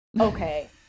Okay